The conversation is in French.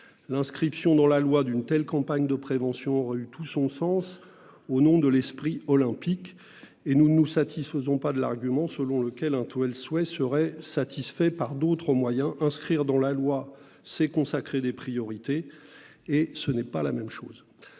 L'inscription dans la loi d'une telle campagne de prévention aurait eu tout son sens au nom de l'esprit olympique et nous ne nous satisfaisons pas de l'argument selon lequel ce souhait serait satisfait par d'autres moyens. Inscrire dans la loi, c'est consacrer des priorités. Autre question posée par le projet